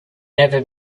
never